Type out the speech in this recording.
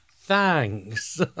Thanks